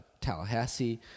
Tallahassee